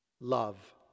love